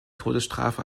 todesstrafe